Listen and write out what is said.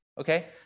Okay